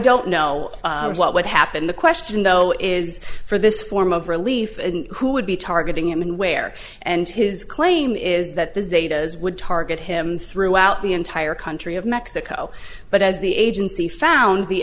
don't know what would happen the question though is for this form of relief who would be targeting him and where and his claim is that the zetas would target him throughout the entire country of mexico but as the agency found the